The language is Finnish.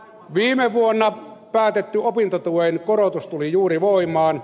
viime vuonna päätetty opintotuen korotus tuli juuri voimaan